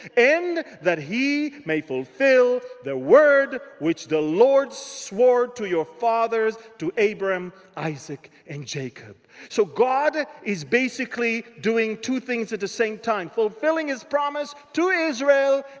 and that he may fulfill the word which the lord swore to your fathers, to abraham, isaac, and jacob so god is basically doing two things at the same time fulfilling his promise to israel,